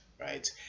right